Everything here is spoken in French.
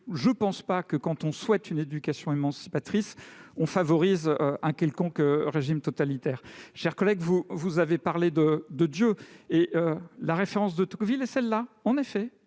je ne pense pas que souhaiter une éducation émancipatrice revienne à favoriser un quelconque régime totalitaire ! Mon cher collègue, vous avez parlé de Dieu. La référence de Tocqueville est bien celle-là, en effet !